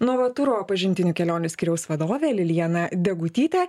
novaturo pažintinių kelionių skyriaus vadovė lilijana degutytė